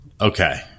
Okay